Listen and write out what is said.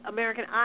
American